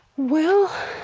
well,